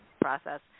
process